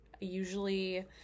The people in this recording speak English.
usually